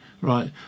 right